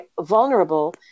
vulnerable